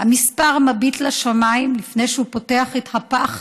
המספר מביט לשמיים לפני שהוא פותח את הפח